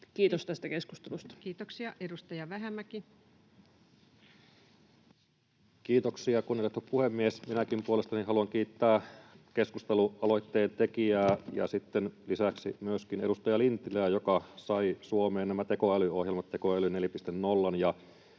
Kiitos tästä keskustelusta. Kiitoksia. — Edustaja Vähämäki. Kiitoksia, kunnioitettu puhemies! Minäkin puolestani haluan kiittää keskustelualoitteen tekijää ja sitten lisäksi myöskin edustaja Lintilää, joka sai Suomeen nämä tekoälyohjelmat ja Tekoäly 4.0:n.